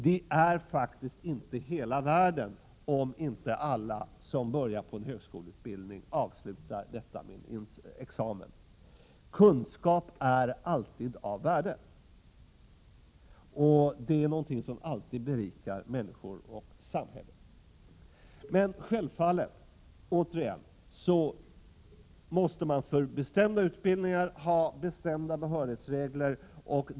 Det är faktiskt inte hela världen om inte alla som börjar på en högskoleutbildning avslutar denna med en examen. Kunskap är alltid av värde och något som alltid berikar människor och samhällen. Men återigen: Självfallet måste man för bestämda utbildningar ha bestämda behörighetsregler.